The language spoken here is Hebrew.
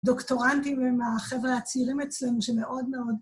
דוקטורנטים הם החבר'ה הצעירים אצלנו שמאוד מאוד...